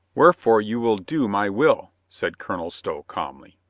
wherefore you will do my will, said colonel stow calmly.